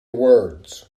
words